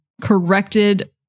corrected